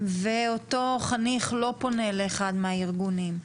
ואותו חניך לא פונה לאחד הארגונים,